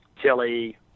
Tilly